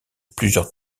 plusieurs